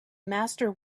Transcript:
master